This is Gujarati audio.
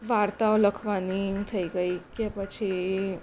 વાર્તાઓ લખવાની થઇ ગઈ કે પછી